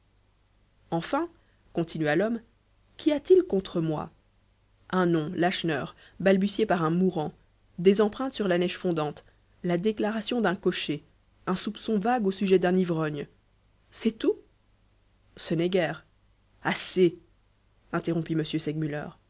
enfin continua l'homme qu'y a-t-il contre moi un nom lacheneur balbutié par un mourant des empreintes sur la neige fondante la déclaration d'un cocher un soupçon vague au sujet d'un ivrogne c'est tout ce n'est guère assez interrompit